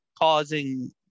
causing